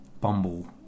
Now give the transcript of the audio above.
bumble